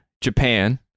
japan